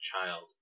child